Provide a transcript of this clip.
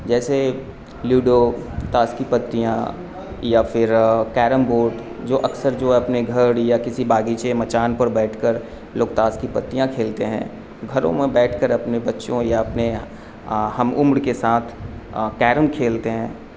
جیسے لوڈو تاش کی پتیاں یا پھر کیرم بورڈ جو اکثر جو ہے اپنے گھر یا کسی باگیچے مچان پر بیٹھ کر لوگ تاش کی پتیاں کھیلتے ہیں گھروں میں بیٹھ کر اپنے بچوں یا اپنے ہم عمر کے ساتھ کیرم کھیلتے ہیں